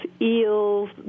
eels